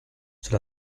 c’est